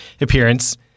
appearance